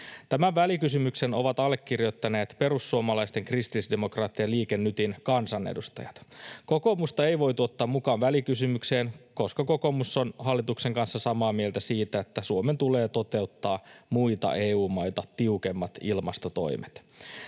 Tämän välikysymyksen ovat allekirjoittaneet perussuomalaisten, kristillisdemokraattien ja Liike Nytin kansanedustajat. Kokoomusta ei voitu ottaa mukaan välikysymykseen, koska kokoomus on hallituksen kanssa samaa mieltä siitä, että Suomen tulee toteuttaa muita EU-maita tiukemmat ilmastotoimet.